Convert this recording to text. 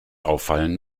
auffallen